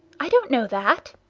i don't know that.